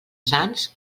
sants